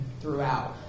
throughout